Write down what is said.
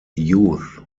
youth